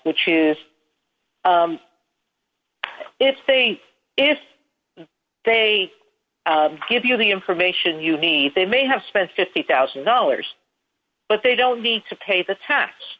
which is if they if they give you the information you need they may have spent fifty thousand dollars but they don't need to pay the